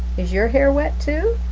is your hair wet too?